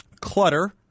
Clutter